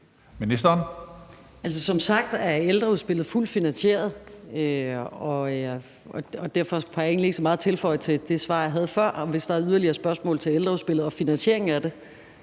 Altså, som sagt er ældreudspillet fuldt finansieret, og derfor har jeg egentlig ikke så meget at tilføje til det svar, jeg gav før, om, at hvis der er yderligere spørgsmål til ældreudspillet og finansieringen af det,